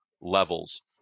levels